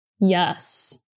Yes